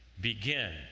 begin